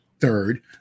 third